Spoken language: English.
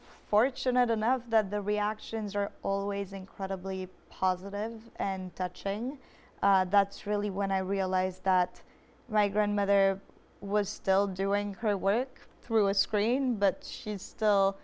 fortunate enough that the reactions are always incredibly positive and touching that's really when i realize that my grandmother was still doing her work through a screen but she is still